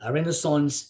Renaissance